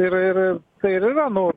ir ir ir tai ir yra nu